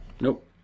Nope